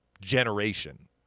generation